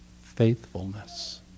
faithfulness